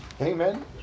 Amen